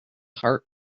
heart